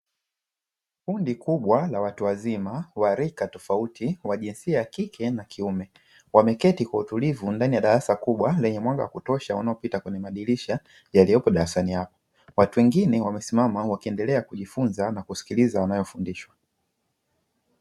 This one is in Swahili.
Kundi kubwa la watu wazima wa rika tofauti wa jinsia ya kike na kiume wameketi kwa utulivu ndani ya darasa kubwa lenye mwanga wa kutosha unaopita kwenye madirisha yaliyopo darasani hapo, watu wengine wamesimama wakiendelea kujifunza na kusikiliza wanayofundishwa.